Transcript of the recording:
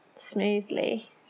smoothly